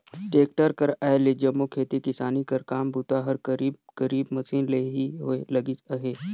tractor कर आए ले जम्मो खेती किसानी कर काम बूता हर करीब करीब मसीन ले ही होए लगिस अहे